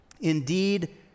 Indeed